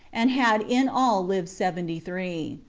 and had in all lived seventy-three.